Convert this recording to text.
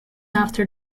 after